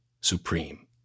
supreme